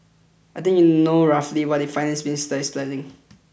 I think you know roughly what the finance minister is planning